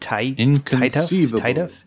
Inconceivable